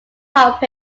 help